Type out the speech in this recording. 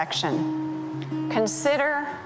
Consider